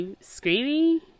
screaming